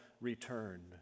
return